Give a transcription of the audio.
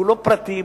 כולו פרטי,